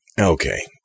Okay